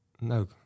No